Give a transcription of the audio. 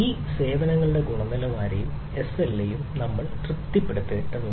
ഈ സേവനങ്ങളുടെ ഗുണനിലവാരവും എസ്എൽഎയും നമ്മൾ തൃപ്തിപ്പെടുത്തേണ്ടതുണ്ട്